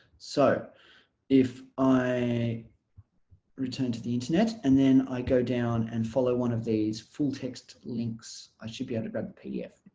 so if i return to the internet and then i go down and follow one of these full text links i should be able to grab the pdf.